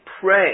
pray